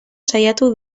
saiatu